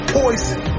poison